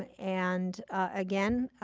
and, again,